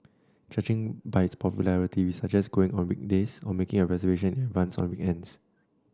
judging by its popularity we'd suggest going on weekdays or making a reservation in advance on weekends